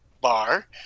bar